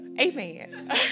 amen